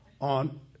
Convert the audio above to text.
on